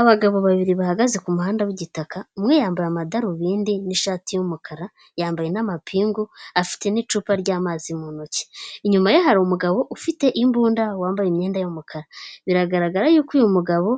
Abagabo babiri bahagaze ku muhanda w'igitaka, umwe yambaye amadarubindi n'ishati y'umukara, yambaye n'amapingu, afite n'icupa ry'amazi mu ntoki. Inyuma ye hari umugabo ufite imbunda, wambaye imyenda y'umukara. Biragaragara y'uko uyu mugabo